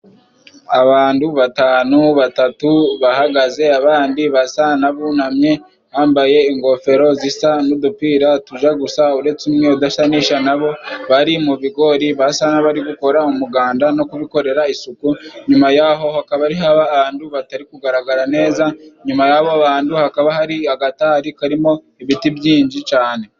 Abantu batanu batatu bahagaze, abandi basa n'abunamye, bambaye ingofero zisa, n'udupira tuja gusa, uretse umwe udasanisha nabo, bari mu bigori basa nk'aho bari gukora umuganda no kubikorera isuku, inyuma yaho hakaba hari abantu hatari kugaragara neza, inyuma y'abo bantu hakaba hari agatari karimo ibiti byinshi cane.